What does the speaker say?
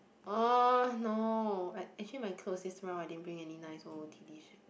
oh no I actually my clothes is round I didn't bring nice o_o_t_d shirts